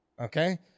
Okay